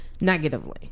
negatively